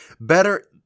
better